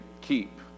keep